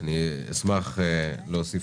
אני אשמח לדעת